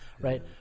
right